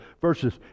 verses